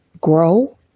grow